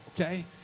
okay